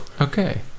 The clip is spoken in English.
Okay